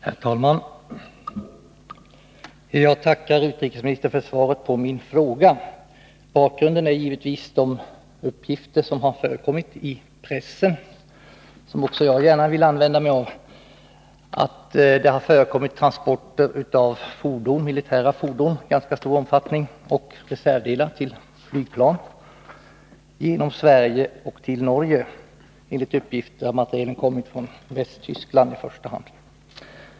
Herr talman! Jag tackar utrikesministern för svaret på min fråga. Bakgrunden är givetvis de uppgifter som har förekommit i pressen — som också jag gärna vill använda mig av — om ganska omfattande militära transporter av militära fordon och reservdelar till flygplan genom Sverige till Norge. Enligt uppgift har materielen kommit från Västtyskland i första hand.